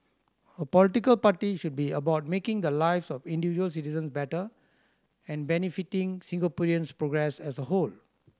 a political party should be about making the lives of individual citizen better and benefiting Singaporeans progress as a whole